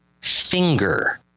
finger